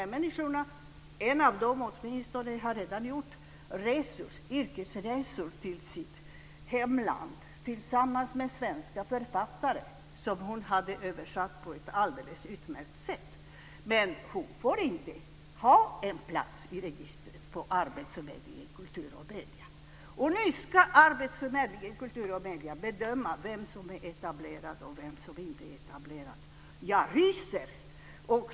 Åtminstone en av dessa människor har redan gjort yrkesresor till sitt hemland tillsammans med svenska författare som hon hade översatt på ett alldeles utmärkt sätt. Men hon får inte ha en plats i registret på arbetsförmedlingen för kultur och medier. Nu ska arbetsförmedlingen för kultur och medier bedöma vem som är etablerad och vem som inte är etablerad. Jag ryser!